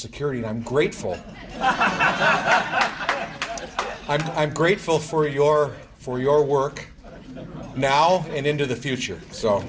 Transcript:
security i'm grateful i'm grateful for your for your work now and into the future